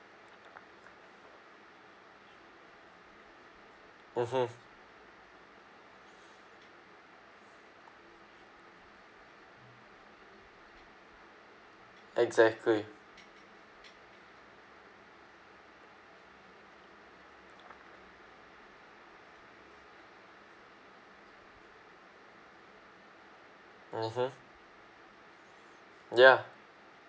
mmhmm exactly mmhmm ya